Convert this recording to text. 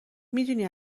میدونی